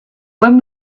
when